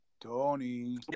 Tony